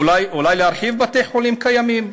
אולי להרחיב בתי-חולים קיימים,